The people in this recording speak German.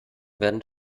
werden